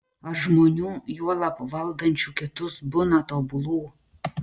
ar žmonių juolab valdančių kitus būna tobulų